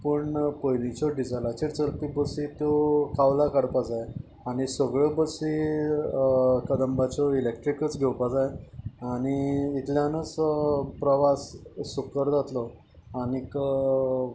पूण पयलींच्यो डिजलाचेर चलपी बसी त्यो कावला काडपा जाय आनी सगळ्यों बसी कदंबाच्यो इलॅक्ट्रीकच घेवपाक जाय आनी इतल्यानूच प्रवास सुखकर जातलो आनीक